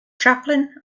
chaplain